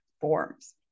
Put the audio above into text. forms